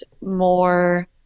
more